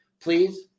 Please